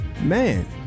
man